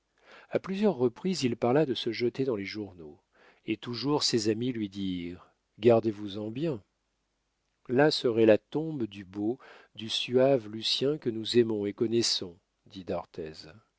a plusieurs reprises il parla de se jeter dans les journaux et toujours ses amis lui dirent gardez-vous-en bien là serait la tombe du beau du suave lucien que nous aimons et connaissons dit d'arthez